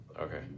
okay